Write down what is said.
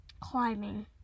climbing